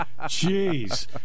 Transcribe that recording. Jeez